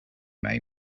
make